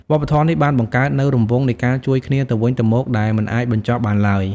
វប្បធម៌នេះបានបង្កើតនូវរង្វង់នៃការជួយគ្នាទៅវិញទៅមកដែលមិនអាចបញ្ចប់បានឡើយ។